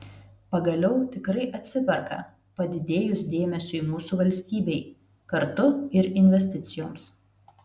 pagaliau tikrai atsiperka padidėjus dėmesiui mūsų valstybei kartu ir investicijoms